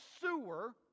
sewer